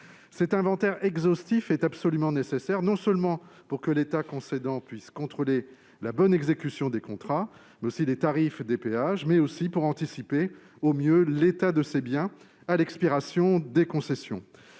Cet inventaire exhaustif est absolument nécessaire pour que l'État concédant puisse non seulement contrôler la bonne exécution des contrats et les tarifs des péages, mais aussi anticiper au mieux l'état de ces biens à l'expiration des concessions.